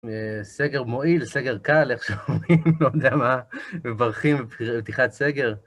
סגר מועיל, סגר קל, איך שאומרים, לא יודע מה, מברכים בפתיחת סגר.